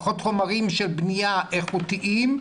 פחות חומרי בנייה איכותיים,